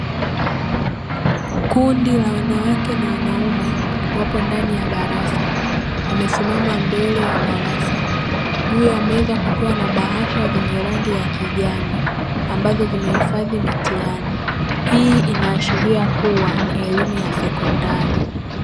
Kundi la wanawake na wanaume wapo ndani ya darasa wamesimama mbele ya darasa, juu ya meza kukiwa na bahasha zenye rangi ya kijani ambazo zimehifadhi mitihani. Hii inaashiria kuwa ni elimu ya sekondari.